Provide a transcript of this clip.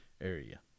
area